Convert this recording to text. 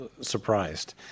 surprised